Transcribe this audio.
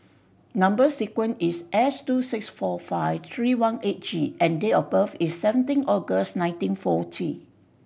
number sequence is S two six four five three one eight G and date of birth is seventeen August nineteen forty